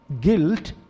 Guilt